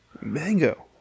Mango